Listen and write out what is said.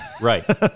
right